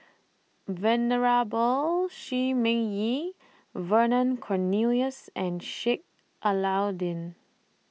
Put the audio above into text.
Venerable Shi Ming Yi Vernon Cornelius and Sheik Alau'ddin